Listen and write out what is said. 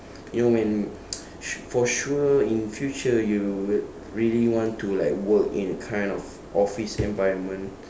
you know when s~ for sure in future you will re~ really want to like work in kind of office environment